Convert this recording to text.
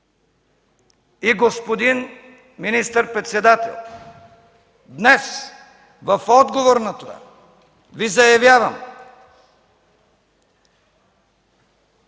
Господин министър-председател, днес в отговор на това Ви заявявам